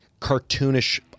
cartoonish